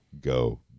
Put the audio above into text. go